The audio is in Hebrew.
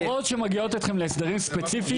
החברות שמגיעות אתכם להסדרים ספציפיים